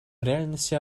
реальности